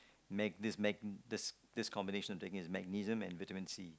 mag~ this mag~ this this combination I'm taking is magnesium and vitamin C